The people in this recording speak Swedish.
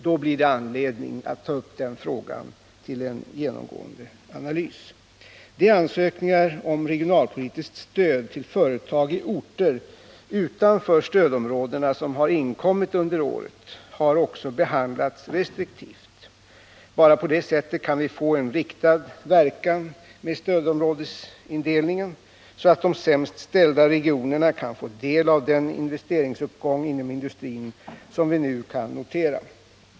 Då blir det anledning att ta upp den frågan till en genomgående analys. De ansökningar om regionalpolitiskt stöd till företag i orter utanför stödområdena som har inkommit under året har också behandlats restriktivt. Bara på det sättet kan vi få en riktad verkan med stödområdesindelningen, så att de sämst ställda regionerna kan få del av den investeringsuppgång inom industrin som vi nu kan notera.